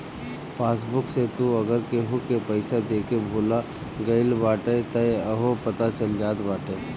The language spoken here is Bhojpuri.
पासबुक से तू अगर केहू के पईसा देके भूला गईल बाटअ तअ उहो पता चल जात बाटे